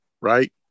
right